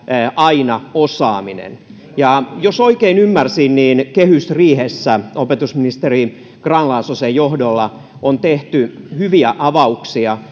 aina osaaminen jos oikein ymmärsin niin kehysriihessä opetusministeri grahn laasosen johdolla on tehty hyviä avauksia